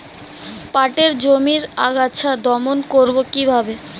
পাটের জমির আগাছা দমন করবো কিভাবে?